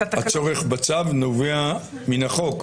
התקנות --- הצורך בצו נובע מן החוק,